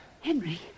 Henry